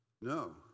No